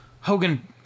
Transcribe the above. Hogan